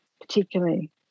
particularly